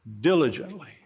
diligently